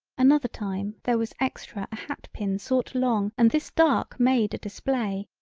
another time there was extra a hat pin sought long and this dark made a display.